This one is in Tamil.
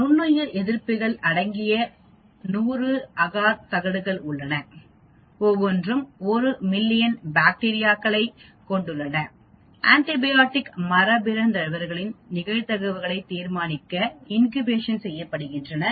நுண்ணுயிர் எதிர்ப்பிகள் அடங்கிய 100 அகார் தகடுகள் உள்ளன ஒவ்வொன்றும் 1 மில்லியன் பாக்டீரியாக்களைக் கொண்டுள்ளன ஆண்டிபயாடிக் மரபுபிறழ்ந்தவர்களின் நிகழ்வுகளைத் தீர்மானிக்க இன்கியூபேஷன் செய்யப்படுகிறது